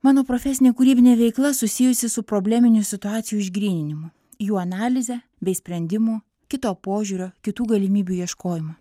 mano profesinė kūrybinė veikla susijusi su probleminių situacijų išgryninimu jų analize bei sprendimų kito požiūrio kitų galimybių ieškojimu